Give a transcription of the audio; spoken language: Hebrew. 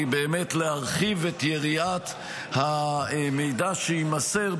היא באמת להרחיב את יריעת המידע שיימסר,